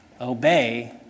obey